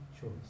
choice